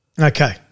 Okay